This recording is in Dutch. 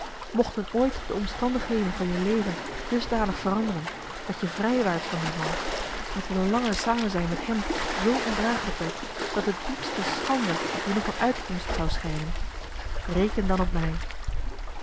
mochten ooit de omstandigheden van je leven dusdanig veranderen dat je vrij waart van dien man of dat een langer samenzijn met hem zoo ondragelijk werd dat de diepste schande je nog een uitkomst zou schijnen reken dan op mij